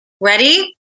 Ready